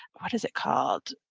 what is it called?